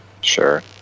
Sure